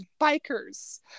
bikers